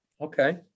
okay